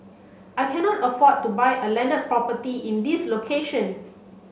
I cannot afford to buy a landed property in this location